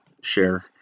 share